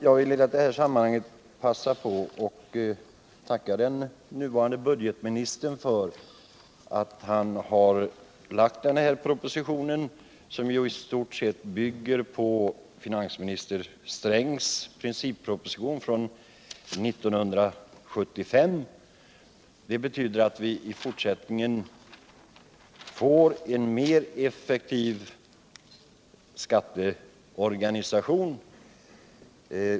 Jag vill i detta sammanhang passa på att tacka den nuvarande budgetministern för att han lagt fram den här propositionen, som ju i stort sett bygger på finansminister Strängs principproposition år 1975. Det betyder att vi i fortsättningen får en effektivare skatteorganisation.